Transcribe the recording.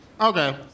Okay